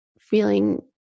feeling